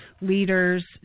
leaders